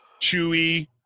chewy